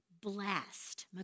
Blessed